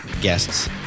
guests